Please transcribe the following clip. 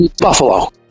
Buffalo